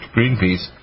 Greenpeace